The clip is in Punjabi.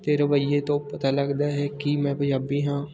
ਅਤੇ ਰਵੱਈਏ ਤੋਂ ਪਤਾ ਲੱਗਦਾ ਹੈ ਕਿ ਮੈਂ ਪੰਜਾਬੀ ਹਾਂ